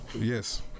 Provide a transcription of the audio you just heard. Yes